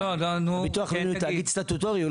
הביטוח הוא תאגיד סטטוטורי,